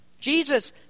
Jesus